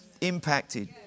impacted